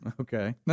Okay